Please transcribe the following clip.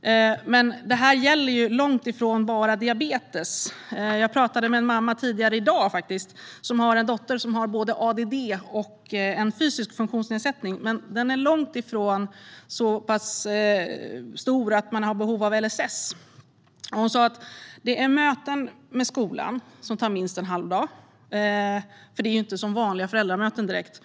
Problemet gäller inte alls bara diabetes. Jag talade tidigare i dag med en mamma vars dotter har både ADD och en fysisk funktionsnedsättning, som dock inte alls är så stor att man har behov av stöd enligt LSS. Hon sa: "Det är möten med skolan som tar minst en halvdag, för det är ju inte som vanliga föräldramöten direkt.